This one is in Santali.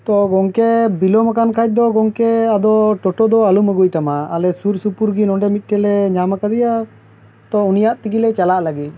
ᱛᱚ ᱜᱚᱢᱠᱮ ᱵᱤᱞᱚᱢ ᱟᱠᱟᱱ ᱠᱷᱟᱭ ᱫᱚ ᱜᱚᱢᱠᱮ ᱴᱚᱴᱚ ᱫᱚ ᱟᱞᱚᱢ ᱟᱹᱜᱩᱭ ᱛᱟᱢᱟ ᱟᱞᱮ ᱥᱩᱨ ᱥᱩᱯᱩᱨ ᱜᱮ ᱱᱚᱰᱮ ᱢᱤᱫ ᱴᱮᱱᱞᱮ ᱧᱟᱢ ᱟᱠᱟᱫᱮᱭᱟ ᱛᱚ ᱩᱱᱤᱭᱟᱜ ᱛᱮᱜᱮ ᱞᱮ ᱪᱟᱞᱟᱜ ᱞᱟᱹᱜᱤᱫ